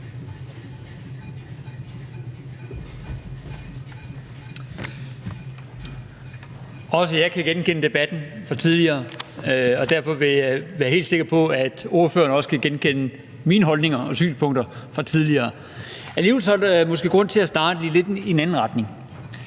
Også jeg kan genkende debatten fra tidligere, og derfor vil jeg være helt sikker på, at ordføreren også kan genkende mine holdninger og synspunkter fra tidligere. Alligevel er der måske grund til at starte lidt i en anden retning.